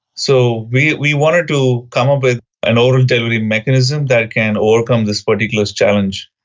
so we we wanted to come up with an oral delivery mechanism that can overcome this particular challenge.